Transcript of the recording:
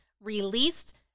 released